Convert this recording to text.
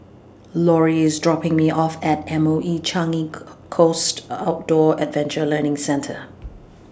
Lauri IS dropping Me off At M O E Changi Coast Outdoor Adventure Learning Centre